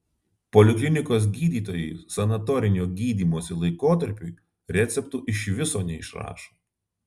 poliklinikos gydytojai sanatorinio gydymosi laikotarpiui receptų iš viso neišrašo